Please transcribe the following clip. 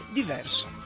diverso